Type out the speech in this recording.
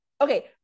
Okay